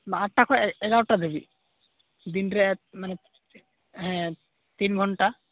ᱟᱸᱴᱟ ᱠᱷᱚᱡ ᱮᱜᱟᱨᱚᱴᱟ ᱫᱷᱟᱹᱵᱤᱡ ᱫᱤᱱ ᱨᱮ ᱢᱟᱱᱮ ᱦᱮᱸ ᱛᱤᱱ ᱜᱷᱚᱱᱴᱟ